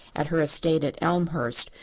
at her estate at elmhurst,